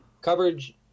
coverage